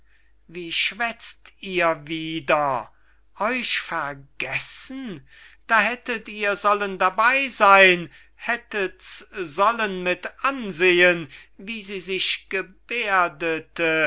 wie schwäzt ihr wieder euch vergessen da hättet ihr sollen dabey seyn hättet's sollen mit ansehen wie sie sich gebehrdete